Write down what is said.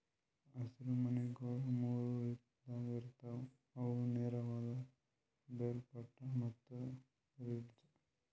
ಹಸಿರು ಮನಿಗೊಳ್ ಮೂರು ರೀತಿದಾಗ್ ಇರ್ತಾವ್ ಅವು ನೇರವಾದ, ಬೇರ್ಪಟ್ಟ ಮತ್ತ ರಿಡ್ಜ್